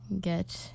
get